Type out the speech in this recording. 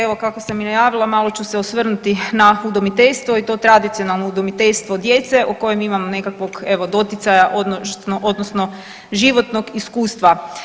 Evo kako sam i najavila, malo ću se osvrnuti na udomiteljstvo i to tradicionalno udomiteljstvo djece o kojem imam nekakvog evo doticaja odnosno životnog iskustva.